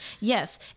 Yes